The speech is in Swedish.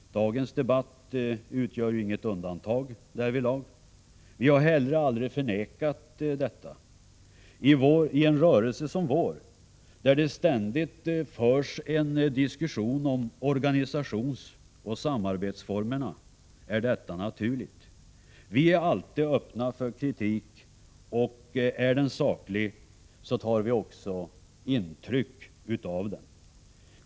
Dagens debatt utgör inget undantag härvidlag. Vi har heller aldrig förnekat detta. I en rörelse som vår, där det ständigt förs en diskussion om organisationsoch samarbetsformerna, är detta naturligt. Vi är alltid öppna för kritik, och om kritiken är saklig tar vi också intryck av den.